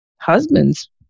husbands